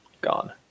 Gone